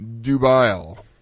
Dubail